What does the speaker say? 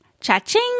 Cha-ching